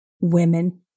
women